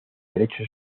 derecho